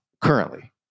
currently